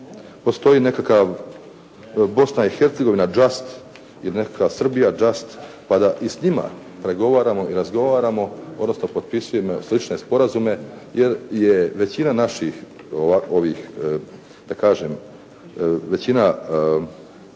postoji nekakav Bosna i Hercegovina just ili nekakva Srbija just pa da i s njima pregovaramo i razgovaramo, odnosno potpisujemo slične sporazume jer je većina ovih da kažem većina